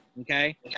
Okay